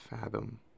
fathom